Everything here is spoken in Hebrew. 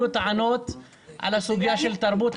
עלו טענות על סוגייה של תרבות.